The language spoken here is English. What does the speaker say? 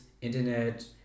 internet